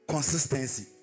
Consistency